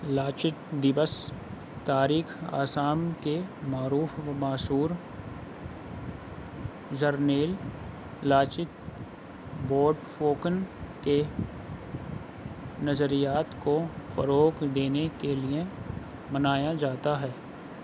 لاچت دیوس تاریخِ آسام کے معروف و مشہور جرنیل لاچت بوڑفوکن کے نظریات کو فروغ دینے کے لیے منایا جاتا ہے